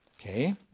Okay